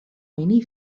many